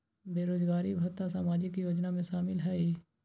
बेरोजगारी भत्ता सामाजिक योजना में शामिल ह ई?